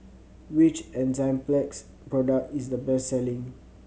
which Enzyplex product is the best selling